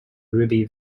ruby